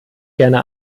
gerne